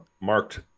marked